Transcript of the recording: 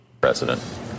president